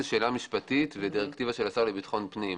זאת שאלה משפטית ודירקטיבה של השר לביטחון הפנים.